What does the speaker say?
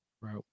Right